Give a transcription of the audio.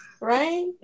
Right